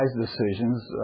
decisions